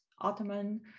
Ottoman